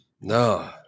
No